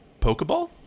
Pokeball